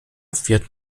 wird